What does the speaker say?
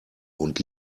und